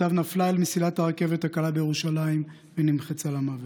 ובעקבותיו נפלה על מסילת הרכבת הקלה בירושלים ונמחצה למוות.